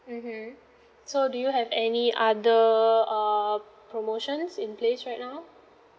mmhmm so do you have any other err promotions in place right now